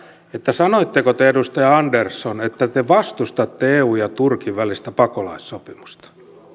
sanoitteko te edustaja andersson että te vastustatte eun ja turkin välistä pakolaissopimusta